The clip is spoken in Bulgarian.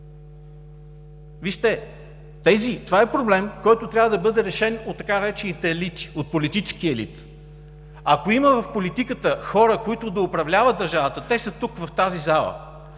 това? Това е проблем, който трябва да бъде решен от така наречените „елити“, от политическия елит. Ако има в политиката хора, които да управляват държавата, те са тук, в тази зала.